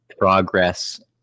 progress